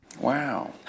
Wow